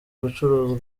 gucuruzwa